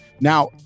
now